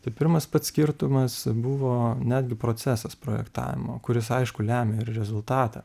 tai pirmas pats skirtumas buvo netgi procesas projektavimo kuris aišku lemia ir rezultatą